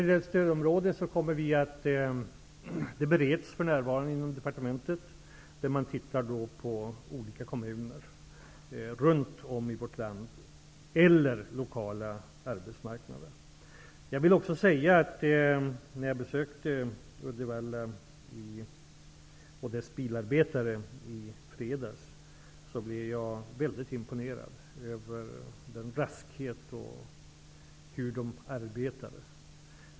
Frågan om stödområden bereds för närvarande inom departementet, och man tittar på olika kommuner runt om i vårt land eller lokala arbetsmarknader. Jag vill också säga att jag, när jag besökte Uddevalla och dess bilarbetare i fredags, blev mycket imponerad över deras raskhet och sätt att arbeta.